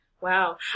Wow